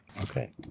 Okay